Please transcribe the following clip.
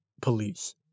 police